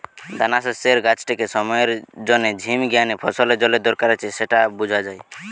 দানাশস্যের গাছটিকে সময়ের জিনে ঝিমি গ্যানে ফসলের জলের দরকার আছে স্যাটা বুঝা যায়